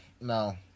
no